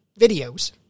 videos